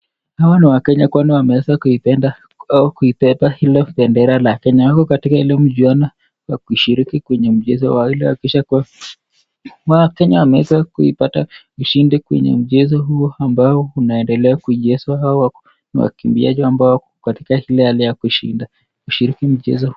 Hawa ni Wakenya kwani wameweza kuipenda au kuibeba hilo bendera la Kenya. Wako katika ile mchuano ya kushiriki kwenye mchezo ili wahakikishe kuwa wakenya wameweza kuipata ushindi kwenye mchezo huo ambao unaendelea kuchezwa au ni wakimbiaji ambao wako katika ile hali ya kushinda kwa kushiliki mchezo.